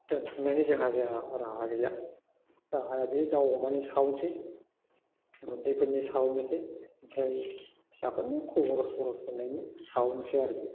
दोनथुमनायनि जोंहा राहा गैया राहाया बे दाउ अमानि सायावनोसै गुन्दैफोरनि सायावनोसै ओमफ्राय फिसाफोरनो खरस बरस होनायनि सायावनोसै आरो